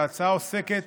ההצעה עוסקת